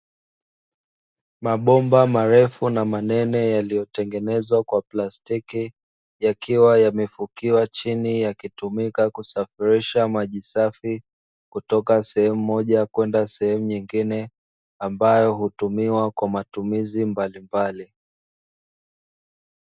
Mabomba marefu na manene yaliyotengenezwa kwa plastiki, yakiwa yamefukiwa chini; yakitumika katika kusafirisha maji safi, kutoka sehemu moja kwenda sehemu nyingine; ambayo hutumiwa kwa matumizi mbalimbali.